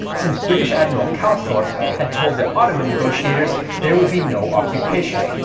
since british admiral calthorpe had told the ottoman negotiators there would be no occupation.